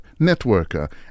Networker